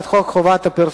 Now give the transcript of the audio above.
1856,